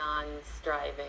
non-striving